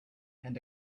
and